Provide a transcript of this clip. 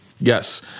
Yes